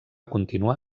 continuar